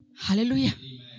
Hallelujah